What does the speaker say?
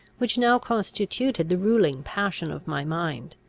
which now constituted the ruling passion of my mind.